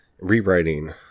rewriting